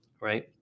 right